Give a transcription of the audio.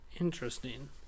Interesting